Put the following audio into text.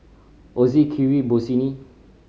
Ozi Kiwi Bossini